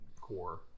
core